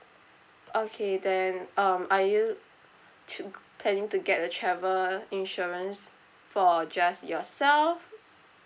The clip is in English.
okay then um are you planning to get a travel insurance for just yourself